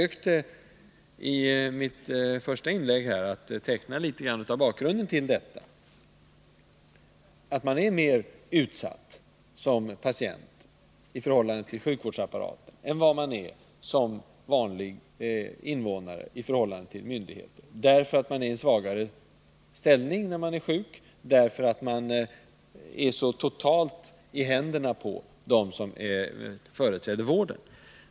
I mitt första inlägg försökte jag teckna bakgrunden: att man är mer utsatt som patient i förhållande till sjukvårdsapparaten än vad man är som vanlig invånare i förhållande till myndigheter i allmänhet. När man är sjuk har man en svagare ställning. Man är helt i händerna på dem som företräder vården.